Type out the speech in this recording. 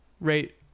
rate